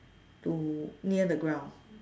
to near the ground